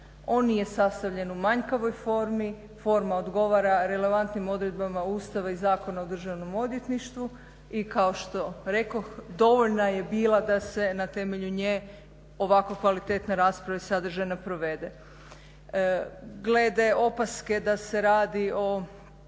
On nije sastavljen u manjkavoj formi, forma odgovara relevantnim odredbama Ustava i Zakona o Državnom odvjetništvu i kao što rekoh dovoljna je bila da se na temelju nje ovako kvalitetna rasprava sadržajno provede. Glede opaske da se radi o